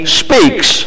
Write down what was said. speaks